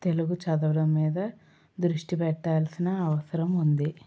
తెలుగు చదవడం మీద దృష్టి పెట్టాల్సిన అవసరం ఉంది